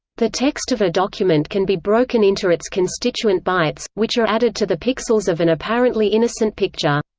the text of a document can be broken into its constituent bytes, which are added to the pixels of an apparently innocent picture.